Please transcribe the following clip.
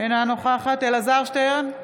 אינה נוכחת אלעזר שטרן,